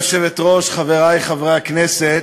גברתי היושבת-ראש, חברי חברי הכנסת,